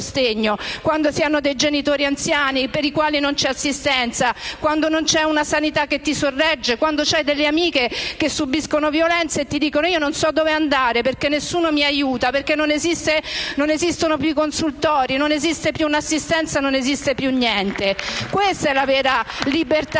quando si hanno dei genitori anziani, per i quali non c'è assistenza; quando non c'è una sanità che ti sorregge; quando hai delle amiche che subiscono violenza e ti dicono che non sanno dove andare, perché nessuno le aiuta, perché non esistono più i consultori e non esiste più assistenza. *(Applausi dal Gruppo M5S)*. Questa è la vera libertà